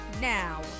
Now